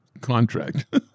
contract